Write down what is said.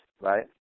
right